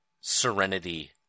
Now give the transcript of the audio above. Serenity